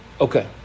Okay